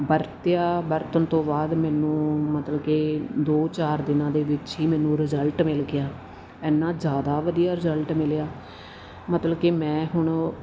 ਵਰਤਿਆ ਵਰਤਣ ਤੋਂ ਬਾਅਦ ਮੈਨੂੰ ਮਤਲਬ ਕਿ ਦੋ ਚਾਰ ਦਿਨਾਂ ਦੇ ਵਿੱਚ ਹੀ ਮੈਨੂੰ ਰਿਜ਼ਲਟ ਮਿਲ ਗਿਆ ਇੰਨਾ ਜ਼ਿਆਦਾ ਵਧੀਆ ਰਿਜ਼ਲਟ ਮਿਲਿਆ ਮਤਲਬ ਕਿ ਮੈਂ ਹੁਣ